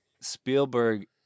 Spielberg